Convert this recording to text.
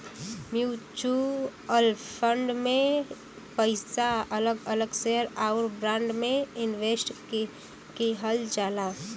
mutual fund में पइसा अलग अलग शेयर आउर बांड में इनवेस्ट किहल जाला